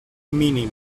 mínim